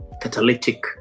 catalytic